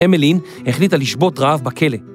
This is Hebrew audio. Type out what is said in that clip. אמלין החליטה לשבות רעב בכלא.